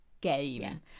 game